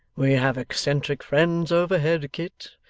we have eccentric friends overhead, kit,